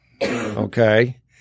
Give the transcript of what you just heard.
Okay